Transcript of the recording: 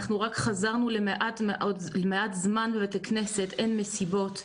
אנחנו חזרנו למעט מאוד זמן בבתי כנסת אין מסיבות,